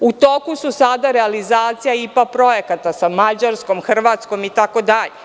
U toku je realizacija IPA projekata sa Mađarskom, Hrvatskom, itd.